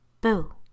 Boo